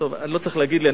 לא צריך להגיד לי,